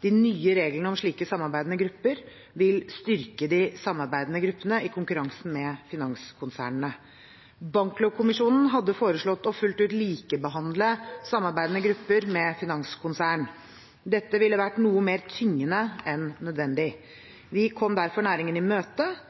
De nye reglene om slike samarbeidende grupper vil styrke de samarbeidende gruppene i konkurransen med finanskonsernene. Banklovkommisjonen hadde foreslått fullt ut å likebehandle samarbeidende grupper med finanskonsern. Dette ville vært noe mer tyngende enn nødvendig. Vi kom derfor næringen i møte